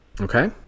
okay